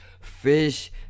fish